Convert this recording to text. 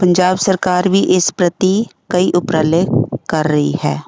ਪੰਜਾਬ ਸਰਕਾਰ ਵੀ ਇਸ ਪ੍ਰਤੀ ਕਈ ਉਪਰਾਲੇ ਕਰ ਰਹੀ ਹੈ